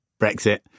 Brexit